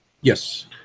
Yes